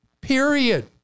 Period